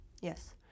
Yes